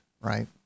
right